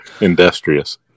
Industrious